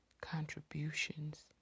contributions